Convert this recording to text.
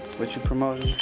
what you promoting?